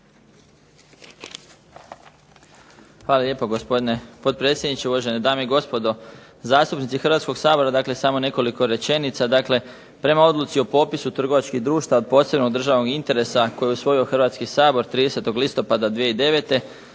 Hvala lijepa gospodine potpredsjedniče, uvažene dame i gospodo zastupnici Hrvatskoga sabora. Samo nekoliko rečenica dakle prema Odluci o popisu trgovačkih društava od posebnog državnog interesa koju je usvojio Hrvatski sabor 30. listopada 2009.